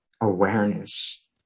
awareness